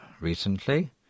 recently